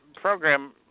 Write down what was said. program